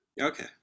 Okay